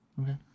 okay